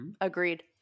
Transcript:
Agreed